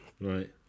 Right